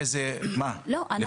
לא, אנחנו פועלים כפי שאמרתי --- מה?